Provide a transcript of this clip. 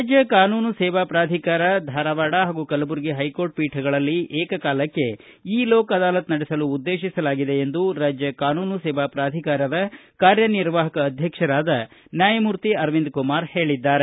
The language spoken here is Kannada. ರಾಜ್ಯ ಕಾನೂನು ಸೇವಾ ಪ್ರಾಧಿಕಾರ ಧಾರವಾಡ ಹಾಗೂ ಕಲಬುರಗಿ ಹೈಕೋರ್ಟ ಪೀಠಗಳಲ್ಲಿ ಏಕಕಾಲಕ್ಷೆ ಇ ಲೋಕ್ ಅದಾಲತ್ ನಡೆಸಲು ಉದ್ದೇತಿಸಲಾಗಿದೆ ಎಂದು ರಾಜ್ಯ ಕಾನೂನು ಸೇವಾ ಪ್ರಾಧಿಕಾರದ ಕಾರ್ಯನಿರ್ವಾಹಕ ಅಧ್ಯಕ್ಷರಾದ ನ್ಯಾಯಮೂರ್ತಿ ಅರವಿಂದ ಕುಮಾರ್ ಹೇಳಿದ್ದಾರೆ